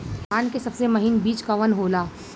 धान के सबसे महीन बिज कवन होला?